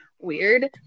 Weird